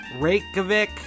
Reykjavik